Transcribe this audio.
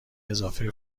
اضافه